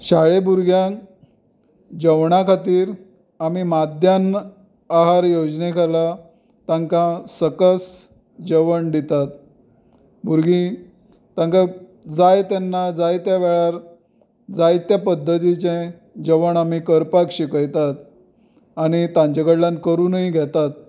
शाळेंत भुरग्यांक जेवणा खातीर आमीं माध्यान आहार योजने खाला तांकां सकस जेवण दितात भुरगीं तांकां जाय तेन्ना जाय त्या वेळार जाय त्या पद्दतीचें जेवण आमी करपाक शिकयतात आनी तांचे कडल्यान करूनय घेतात